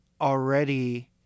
already